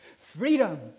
freedom